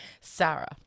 Sarah